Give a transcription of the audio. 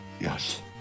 Yes